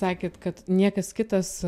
sakėt kad niekas kitas